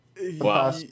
Wow